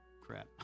crap